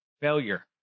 failure